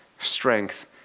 strength